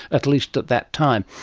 at least at that time.